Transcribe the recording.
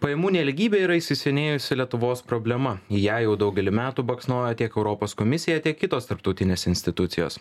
pajamų nelygybė yra įsisenėjusi lietuvos problema į ją jau daugelį metų baksnoja tiek europos komisija tiek kitos tarptautinės institucijos